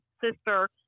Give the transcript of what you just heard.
sister